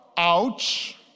Ouch